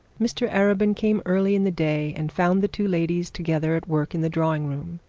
mr arabin came early in the day, and found the two ladies together at work in the drawing-room.